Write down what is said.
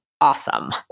awesome